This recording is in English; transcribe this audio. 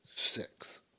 Six